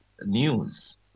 News